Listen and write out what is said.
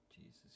Jesus